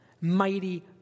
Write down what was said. mighty